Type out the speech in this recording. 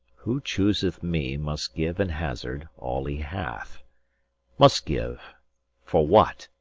who chooseth me must give and hazard all he hath must give for what?